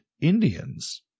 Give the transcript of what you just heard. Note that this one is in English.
Indians